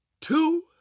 two